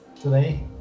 Today